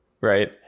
Right